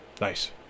Nice